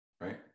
right